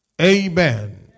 amen